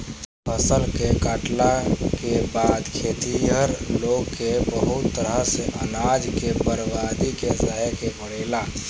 फसल के काटला के बाद खेतिहर लोग के बहुत तरह से अनाज के बर्बादी के सहे के पड़ेला